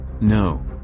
No